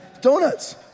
donuts